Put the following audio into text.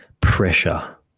pressure